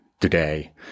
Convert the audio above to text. today